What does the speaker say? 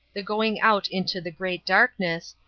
the going out into the great darkness,